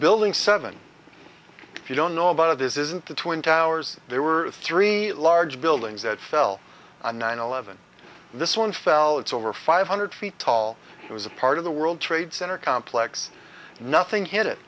building seven if you don't know about of this isn't the twin towers there were three large buildings that fell on nine eleven this one fell it's over five hundred feet tall it was a part of the world trade center complex nothing hit it